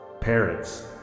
parents